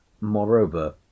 Moreover